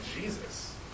Jesus